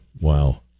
wow